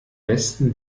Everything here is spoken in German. besten